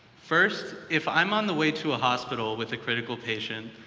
first, if i'm on the way to a hospital with a critical patient,